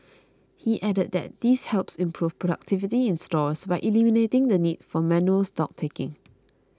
he added that this helps improve productivity in stores by eliminating the need for manual stock taking